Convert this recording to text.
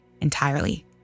entirely